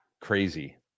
crazy